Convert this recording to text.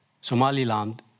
Somaliland